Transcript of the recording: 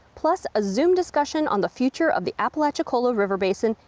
plus a zoom discussion on the future of the apalachicola river basin,